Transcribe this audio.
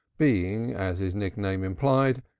being, as his nickname implied,